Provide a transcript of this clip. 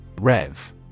Rev